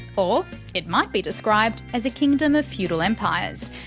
or it might be described as a kingdom of feudal empires,